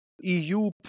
EU